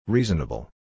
Reasonable